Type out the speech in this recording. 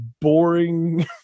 boring